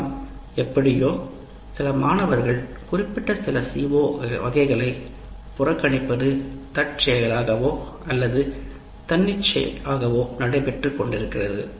ஆனால் எப்படியோ சில மாணவர்கள் குறிப்பிட்ட சில CO வகைகளை புறக்கணிப்பது தற்செயலாகவோ அல்லது தன்னிச்சையாகவும் நடைபெற்றுக் கொண்டிருக்கிறது